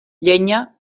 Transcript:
llenya